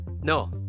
No